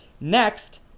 Next